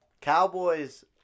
Cowboys